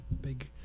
big